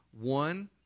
One